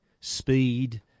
Speed